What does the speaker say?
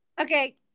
Okay